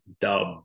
Dub